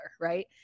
right